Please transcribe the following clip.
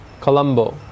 Colombo